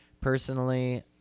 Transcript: Personally